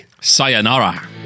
Sayonara